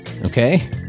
okay